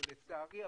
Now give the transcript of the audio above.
שלצערי,